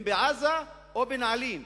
אם בעזה או בנעלין,